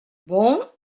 bon